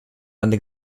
deine